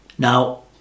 Now